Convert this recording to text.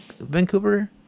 Vancouver